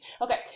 Okay